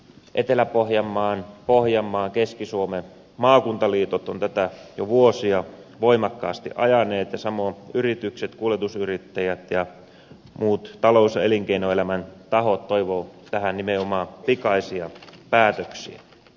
etelä pohjanmaan pohjanmaan keski suomen maakuntaliitot ovat tätä jo vuosia voimakkaasti ajaneet ja samoin yritykset kuljetusyrittäjät ja muut talous ja elinkeinoelämän tahot toivovat tähän nimenomaan pikaisia päätöksiä